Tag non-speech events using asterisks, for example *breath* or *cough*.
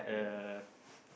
a *breath*